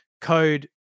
code